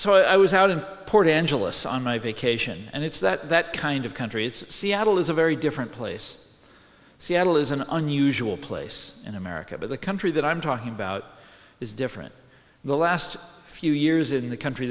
so i was out in port angeles on my vacation and it's that kind of country it's seattle is a very different place seattle is an unusual place in america but the country that i'm talking about is different the last few years in the country